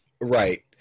Right